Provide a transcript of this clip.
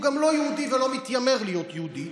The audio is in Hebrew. והוא גם לא יהודי ולא מתיימר להיות יהודי,